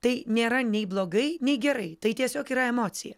tai nėra nei blogai nei gerai tai tiesiog yra emocija